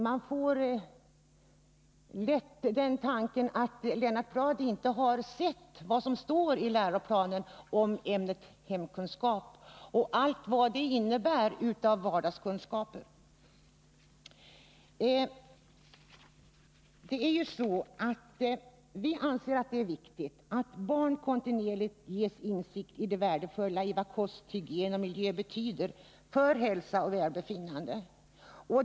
Man får lätt intrycket att Lennart Bladh inte har sett vad som står i läroplanen om ämnet hemkunskap och allt vad det innebär av vardagskunskaper. Vi anser att det är viktigt att barn kontinuerligt ges insikt i vad t.ex. kost, hygien och miljö betyder för hälsa och välbefinnande.